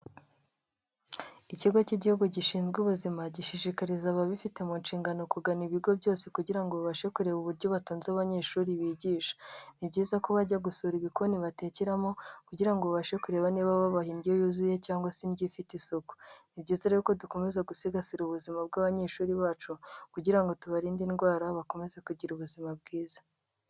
Ikigo cy'igihugu gishinzwe ubuzima, gishishikariza ababifite mu nshingano kugana ibigo byose kugira ngo babashe kureba uburyo batunze abanyeshuri bigisha, ni byiza ko bajya gusura ibikoni batekeramo, kugira ngo babashe kureba niba babaha indyo yuzuye cyangwa se indyo ifite isuku, ni byiza rero ko dukomeza gusigasira ubuzima bw'abanyeshuri bacu, kugira ngo tubarinde indwara bakomeze kugira ubuzima bwiza.